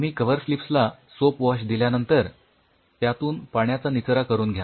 तुम्ही कव्हरस्लिप्सला soap wash दिल्यानंतर त्यातून पाण्याचा निचरा करून घ्या